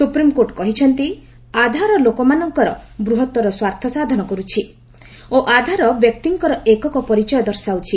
supreme court କହିଛନ୍ତି ଆଧାର ଲୋକମାନଙ୍କର ବୃହତ୍ତର ସ୍ୱାର୍ଥ ସାଧନ କରୁଛି ଓ ଆଧାର ବ୍ୟକ୍ତିଙ୍କର ଏକକ ପରିଚୟ ଦର୍ଶାଉଛି